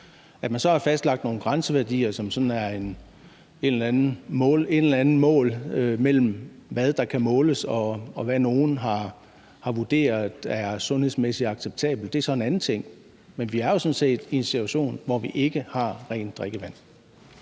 At man så har fastlagt nogle grænseværdier, som sådan er et eller andet mål mellem, hvad der kan måles, og hvad nogle har vurderet er sundhedsmæssigt acceptabelt, er en anden ting. Men vi er sådan set i en situation, hvor vi ikke har rent drikkevand.